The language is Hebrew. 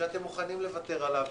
שאתם מוכנים לוותר עליו,